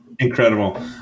Incredible